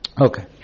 Okay